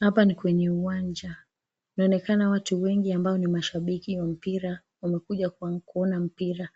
Hapa ni kwenye uwanja, inaonekana watu wengi ambao ni mashabiki wa mpira wamekuja kuona mpira.